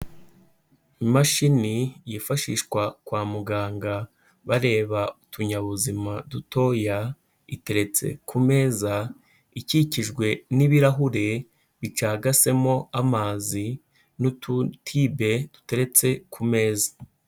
Imashini yifashishwa kwa muganga, bareba utunyabuzima dutoya, iteretse ku meza ikikijwe n'ibirahure, bicagasemo amazi n'udutibe duteretse ku meza.